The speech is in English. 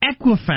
Equifax